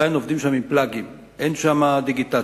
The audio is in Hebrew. עדיין עובדים שם עם פלגים, אין שם דיגיטציה,